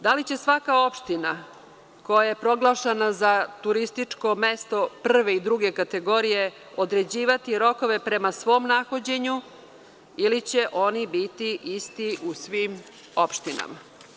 Da li će svaka opština koja je proglašena za turističko mesto prve i druge kategorije određivati rokove prema svom nahođenju ili će oni biti isti u svim opštinama?